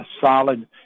solid